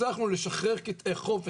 הצלחנו לשחרר קטעי חוף,